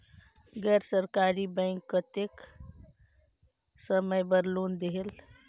गैर सरकारी बैंक कतेक समय बर लोन देहेल?